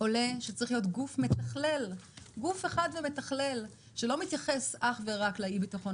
שצריך להיות גוף אחד מתכלל שלא מתייחס אך ורק לאי-ביטחון